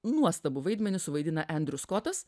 nuostabų vaidmenį suvaidina endrius skotas